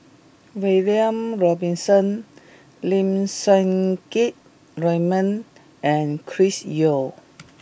William Robinson Lim Siang Keat Raymond and Chris Yeo